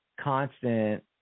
constant